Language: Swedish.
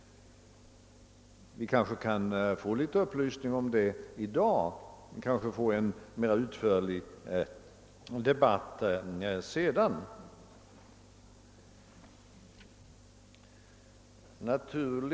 Vi kanske kan få en liten upplysning om den saken i dag och få en mera utförlig debatt senare.